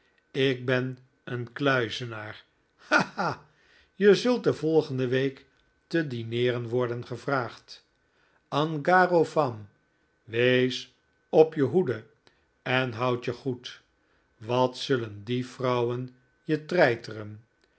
ik ben een kluizenaar ha ha je zult de volgende week te dineeren worden gevraagd en gare aux femmes wees op je hoede en houd je goed wat zullen die vrouwen je treiteren